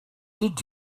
did